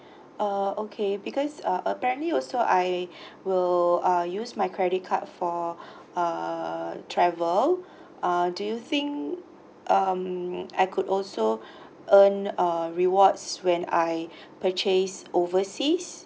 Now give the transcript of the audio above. uh okay because uh apparently also I will uh use my credit card for uh travel uh do you think um I could also earn uh rewards when I purchase overseas